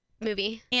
Movie